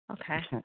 Okay